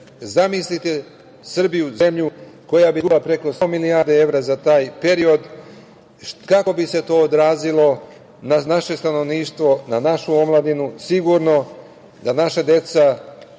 Zamislite Srbiju zemlju koja bi izgubila preko 100 milijardi evra za taj period, kako bi se to odrazilo na naše stanovništvo, na našu omladinu. Sigurno da naša deca